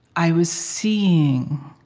i was seeing